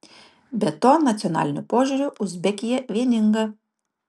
be to nacionaliniu požiūriu uzbekija vieninga